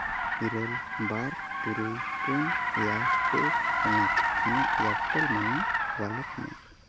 ᱤᱨᱟᱹᱞ ᱵᱟᱨ ᱛᱩᱨᱩᱭ ᱯᱩᱱ ᱮᱭᱟᱭ ᱯᱮ ᱠᱷᱚᱱᱟᱜ ᱤᱧᱟᱹᱜ ᱮᱭᱟᱨᱴᱮᱹᱞ ᱢᱟᱱᱤ ᱚᱣᱟᱞᱮᱹᱴ ᱢᱮ